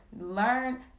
Learn